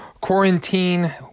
quarantine